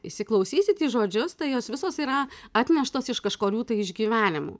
įsiklausysit į žodžius tai jos visos yra atneštos iš kažkurių tai išgyvenimų